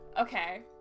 Okay